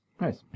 Nice